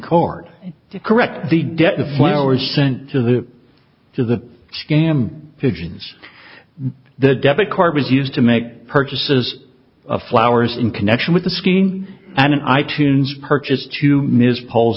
court to correct the debt the flowers sent to the to the scam pigeons the debit card was used to make purchases of flowers in connection with the skiing and i tunes purchased to ms p